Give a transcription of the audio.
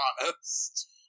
honest